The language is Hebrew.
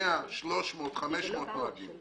פה אני לא מבין למה הוא בכלל צריך לאשר?